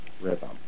rhythm